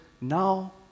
now